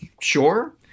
sure